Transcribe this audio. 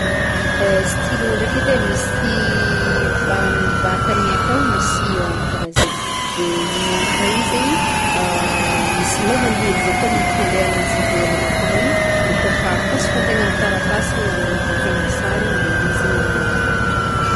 Eh, stylo ndraiky edy e, misy va- amy vatany igny akao misy encre zay, de igny encre igny zegny misy lôhany hely azy koa mampifandray agnanjy ivelagny atô agny de kaofa akasokantegna amy taratasy igny, na agnagnaovantegna sary igny de igny zegny no manoratra avake.